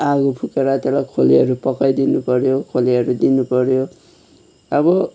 आगो फुकेर त्यसलाई खोलेहरू पकाइदिनु पऱ्यो खोलेहरू दिनु पऱ्यो अब